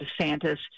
DeSantis